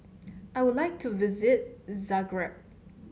I would like to visit Zagreb